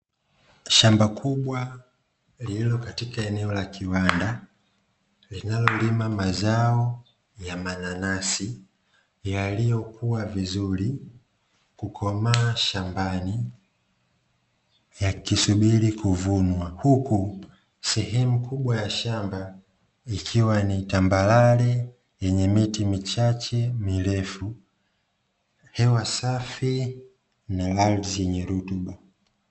Shamba kubwa lililo katika eneo la kiwanda, linalolima zao la mananasi yaliyokua vizuri kukomaa shambani, yakisubiri kuvunwa, huku sehemu kubwa ya shamba likiwa na tambarare yenye miti mirefu, hewa safi na ardhi yenye rutuba.